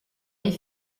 les